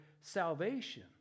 salvation